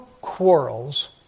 quarrels